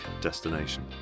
destination